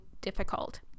difficult